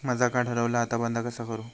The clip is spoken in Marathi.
माझा कार्ड हरवला आता बंद कसा करू?